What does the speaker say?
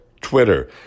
Twitter